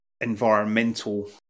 environmental